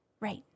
Right